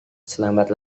selambat